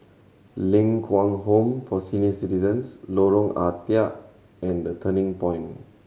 Ling Kwang Home for Senior Citizens Lorong Ah Thia and The Turning Point